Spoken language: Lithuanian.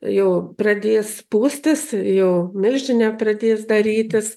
jau pradės pūstis jau milžinė pradės darytis